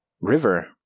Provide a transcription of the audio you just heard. river